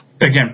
again